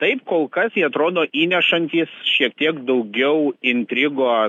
taip kol kas jie atrodo įnešantys šiek tiek daugiau intrigos